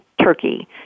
turkey